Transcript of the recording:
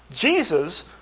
Jesus